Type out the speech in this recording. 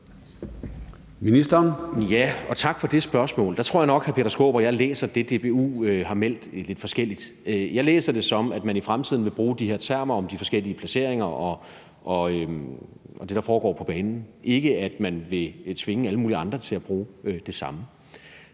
Tak for det spørgsmål, og der tror jeg nok, at hr. Peter Skaarup og jeg læser det, DBU har meldt ud, lidt forskelligt. Jeg læser det sådan, at man i fremtiden vil bruge de her termer om de forskellige placeringer og det, der foregår på banen, men ikke sådan, at man vil tvinge alle mulige andre til at bruge dem,